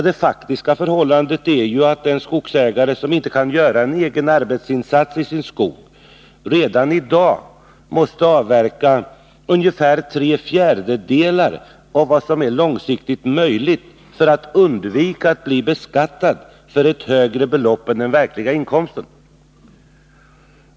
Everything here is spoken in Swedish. Det faktiska förhållandet är ju att den skogsägare som själv inte kan göra en arbetsinsats i sin skog redan i dag måste avverka ungefär tre fjärdedelar av vad som är långsiktigt möjligt för att undvika att bli beskattad för ett högre belopp än den verkliga inkomsten.